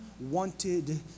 wanted